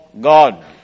God